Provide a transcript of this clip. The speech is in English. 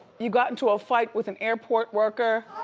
you got into a fight with an airport worker.